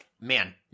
man